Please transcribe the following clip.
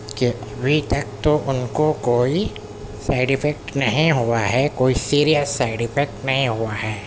کہ ابھی تک تو ان کو کوئی سائیڈ افیکٹ نہیں ہوا ہے کوئی سیرییس سائیڈ افیکٹ نہیں ہوا ہے